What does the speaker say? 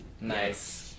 nice